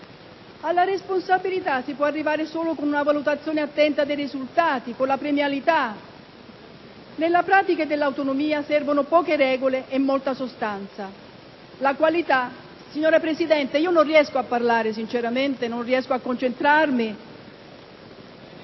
Alla responsabilità si può arrivare solo con una valutazione attenta dei risultati, con la premialità. Nella pratica dell'autonomia servono poche regole e molta sostanza. Signora Presidente, in questo modo non riesco a parlare, non riesco a concentrarmi.